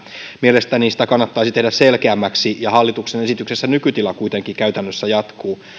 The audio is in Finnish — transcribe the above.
mielestäni sitä kannattaisi tehdä selkeämmäksi ja hallituksen esityksessä nykytila kuitenkin käytännössä jatkuu